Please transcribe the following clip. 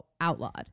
outlawed